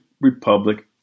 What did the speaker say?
Republic